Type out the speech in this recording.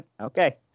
Okay